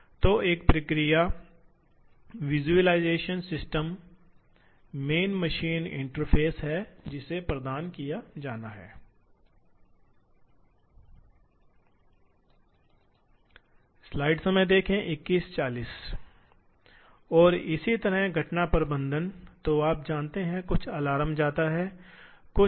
तो ये हैं इसलिए हमने देखा है कि कई स्थितियों में सीएनसी मशीनों को उचित रूप से उचित ठहराया जाता है इसलिए अब हम देखेंगे कि इन सीएनसी को किस प्रकार का बनाया जा सकता है आप जानते हैं कि स्वचालित रूप से भागों का निर्माण किया जा सकता है आम तौर पर दो होते हैं मशीनों के प्रकार एक प्रकार की मशीनें पॉइंट टू पॉइंट गति बनाने में सक्षम हैं